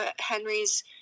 Henry's